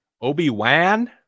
Obi-Wan